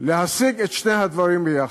להשיג את שני הדברים יחד: